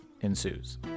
ensues